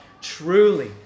truly